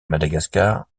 madagascar